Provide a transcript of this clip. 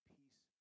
peace